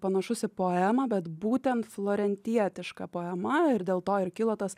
panašus į poemą bet būtent florentietiška poema ir dėl to ir kilo tas